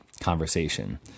conversation